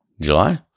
July